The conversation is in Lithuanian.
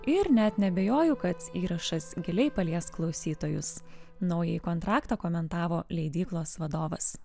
ir net neabejoju kad įrašas giliai palies klausytojus naująjį kontraktą komentavo leidyklos vadovas